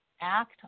act